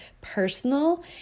personal